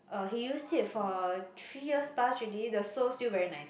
uh he used it for three years past already the sole still very nice